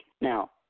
Now